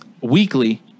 weekly